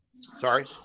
sorry